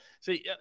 See